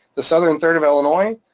the southern third of illinois,